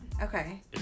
Okay